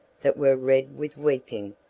that were red with weeping,